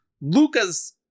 Luca's